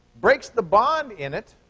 breaks the bond in it.